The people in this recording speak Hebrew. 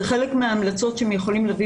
זה חלק מההמלצות שהן יכולות להביא